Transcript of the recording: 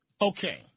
Okay